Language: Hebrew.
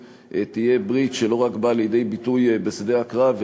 תהיה ברית שלא רק באה לידי ביטוי בשדה הקרב,